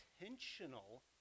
intentional